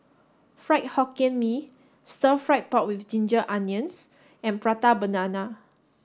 Fried Hokkien Mee Stir Fry Pork with Ginger Onions and Prata Banana